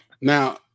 Now